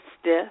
Stiff